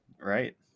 Right